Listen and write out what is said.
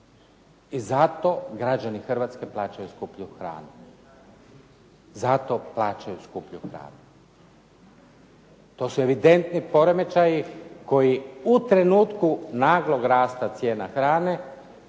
I zato građani Hrvatske plaćaju skuplju hranu. Zato plaćaju skuplju hranu. To su evidentni poremećaji koji u trenutku naglog rasta cijena hrane